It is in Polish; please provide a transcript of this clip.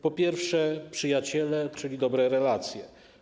Po pierwsze, przyjaciele, czyli dobre relacje.